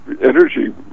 energy